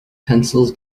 pencils